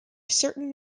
certain